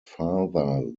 father